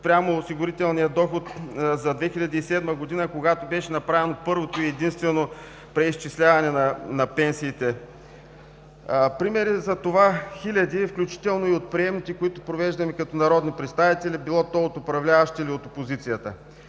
спрямо осигурителния доход за 2007 г., когато беше направено първото и единствено преизчисляване на пенсиите. Примери за това има хиляди, включително от приемните, които провеждаме като народни представители, било то от управляващите или от опозицията.